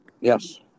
Yes